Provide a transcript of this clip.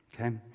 okay